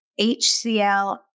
HCL